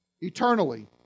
eternally